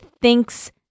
thinks